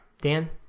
Dan